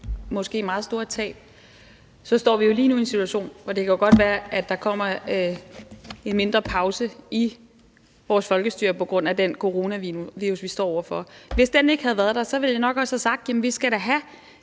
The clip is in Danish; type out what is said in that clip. måske meget store tab, så står vi jo lige nu i en situation, hvor det godt kan være, at der kommer en mindre pause i vores folkestyre på grund af den coronavirus, vi står over for. Hvis den ikke havde været der, ville jeg nok også have sagt: Vi skal da i